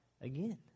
again